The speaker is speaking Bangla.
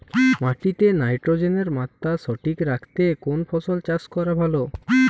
মাটিতে নাইট্রোজেনের মাত্রা সঠিক রাখতে কোন ফসলের চাষ করা ভালো?